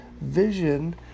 vision